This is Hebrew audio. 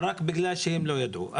רק בגלל שהם לא ידעו.